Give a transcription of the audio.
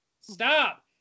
Stop